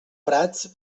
prats